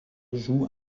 joue